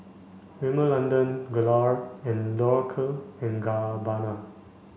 Rimmel London Gelare and Dolce and Gabbana